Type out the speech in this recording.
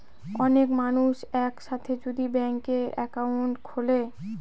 অনেক মানুষ এক সাথে যদি ব্যাংকে একাউন্ট খুলে